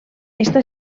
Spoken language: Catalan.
està